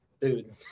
dude